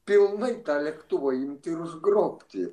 pilnai tą lėktuvą imti ir užgrobti